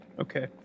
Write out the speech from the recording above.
Okay